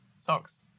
socks